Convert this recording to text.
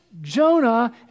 Jonah